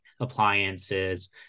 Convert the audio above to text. appliances